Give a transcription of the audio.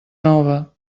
nova